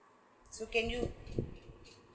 so can you